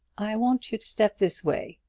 i want you to step this way,